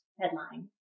headline